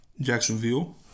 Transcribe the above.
Jacksonville